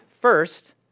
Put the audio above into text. first